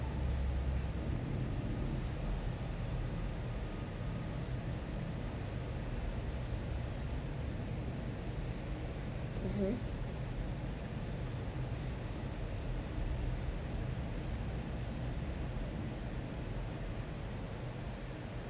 mmhmm